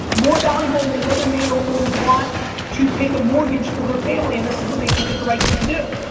more valuable than another man or woman's vlad to pay the mortgage for their family. and this is what they think is the right thing to do.